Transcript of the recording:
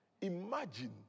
Imagine